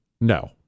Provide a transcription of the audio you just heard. no